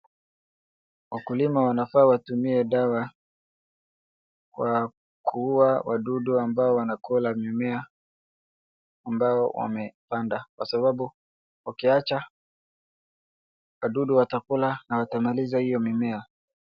Wakulima wanafaa watumie dawa, kwa kuua wadudu ambao wanakula mimea, ambao wamepanda. Kwa sababu ukiacha, wadudu watakula na watamaliza hio mimea.